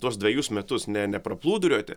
tuos dvejus metus ne nepraplūdurioti